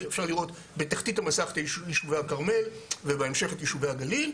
אפשר לראות בתחתית המסך את יישובי הכרמל ובהמשך את יישובי הגליל,